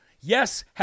yes